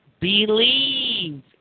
believe